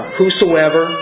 whosoever